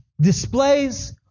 displays